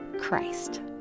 Christ